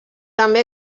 també